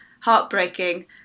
heartbreaking